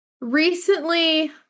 recently